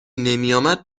نمیآمد